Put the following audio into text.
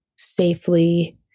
safely